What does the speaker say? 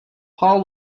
paul